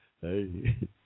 Hey